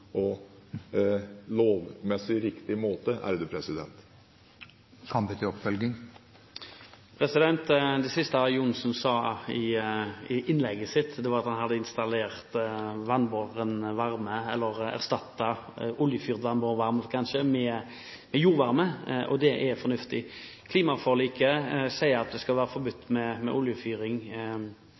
og lovmessig riktig måte. Det siste statsråd Johnsen sa i innlegget sitt, var at han hadde erstattet oljefyrt vannbåren varme – kanskje – med jordvarme, og det er fornuftig. Ifølge klimaforliket skal det etter hvert bli forbudt med oljefyring, det skal